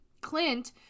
Clint